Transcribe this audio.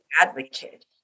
advocate